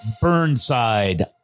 Burnside